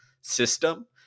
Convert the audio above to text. system